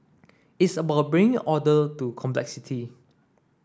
it's about bringing order to complexity